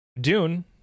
dune